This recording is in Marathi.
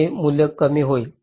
हे मूल्य कमी होईल